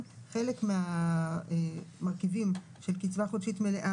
התוספת של ה-300 שקל לא תעזור לי להביא את